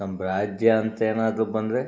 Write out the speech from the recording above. ನಮ್ಮ ರಾಜ್ಯ ಅಂತ ಏನಾದ್ರೂ ಬಂದರೆ